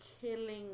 killing